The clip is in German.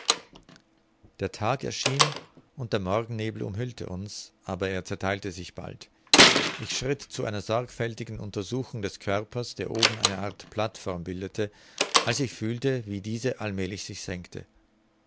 der tag erschien und der morgennebel umhüllte uns aber er zertheilte sich bald ich schritt zu einer sorgfältigen untersuchung des körpers der oben eine art plateform bildete als ich fühlte wie diese allmälig sich senkte